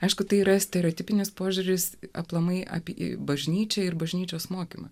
aišku tai yra stereotipinis požiūris aplamai apie bažnyčią ir bažnyčios mokymą